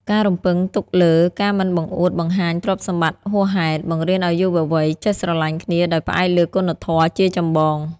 ការរំពឹងទុកលើ "ការមិនបង្អួតបង្អាញទ្រព្យសម្បត្តិហួសហេតុ" បង្រៀនឱ្យយុវវ័យចេះស្រឡាញ់គ្នាដោយផ្អែកលើគុណធម៌ជាចម្បង។